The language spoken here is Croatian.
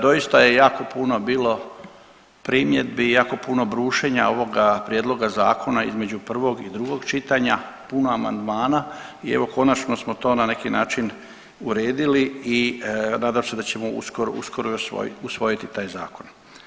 Doista je jako puno bilo primjedbi i jako puno brušenja ovoga prijedloga zakona između prvog i drugog čitanja, puno amandmana i evo konačno smo to na neki način uredili i nadam se da ćemo uskoro, uskoro i usvojiti taj zakon.